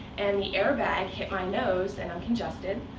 and the airbag hit my nose, and i'm congested.